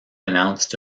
announced